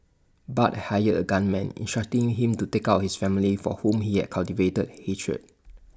Bart hired A gunman instructing him to take out his family for whom he had cultivated hatred